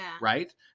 right